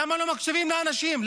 למה לא מקשיבים לאנשים?